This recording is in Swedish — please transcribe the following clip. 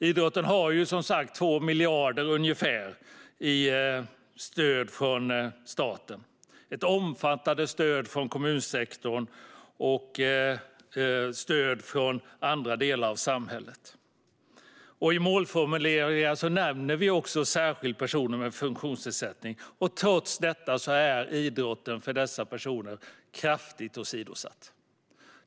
Idrotten har som sagt ungefär 2 miljarder i stöd från staten, ett omfattande stöd från kommunsektorn och stöd från andra delar av samhället. I målformuleringarna nämner vi också särskilt personer med funktionsnedsättning. Trots detta är idrotten för dessa personer kraftigt åsidosatt.